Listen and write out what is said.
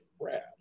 Brad